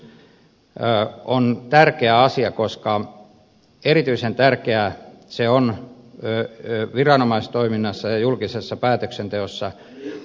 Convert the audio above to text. tämä esteellisyyskysymys on tärkeä asia koska erityisen tärkeää se on viranomaistoiminnassa ja julkisessa päätöksenteossa